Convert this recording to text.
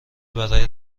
برای